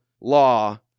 law